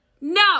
no